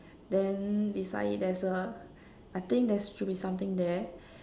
then beside it there's a I think there should be something there